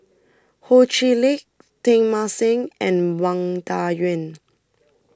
Ho Chee Lick Teng Mah Seng and Wang Dayuan